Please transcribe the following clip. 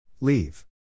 Leave